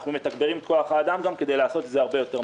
אנחנו מתגברים גם את כוח האדם כדי לעשות את זה הרבה יותר מהר.